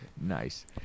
Nice